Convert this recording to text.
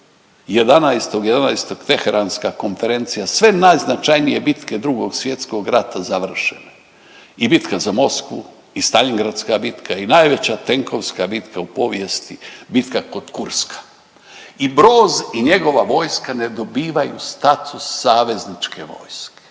11.11. Teheranska konferencija sve najznačajnije bitke Drugog svjetskog rata i bitka za Moskvu, i Staljingradska bitka i najveća tenkovska bitka u povijesti bitka kod Kurska. I Broz i njegova vojska ne dobivaju status savezničke vojske,